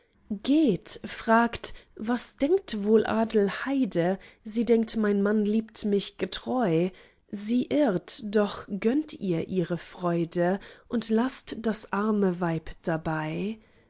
geht fragt was denkt wohl adelheide sie denkt mein mann liebt mich getreu sie irrt doch gönnt ihr ihre freude und laßt das arme weib dabei